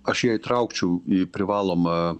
aš ją įtraukčiau į privalomą